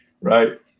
Right